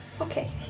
Okay